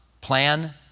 plan